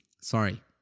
Sorry